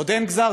עוד אין גזר-דין,